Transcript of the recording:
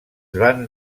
van